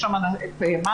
יש שם את מנל"א,